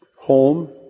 Home